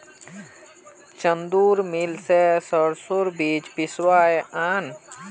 चंदूर मिल स सरसोर बीज पिसवइ आन